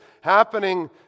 happening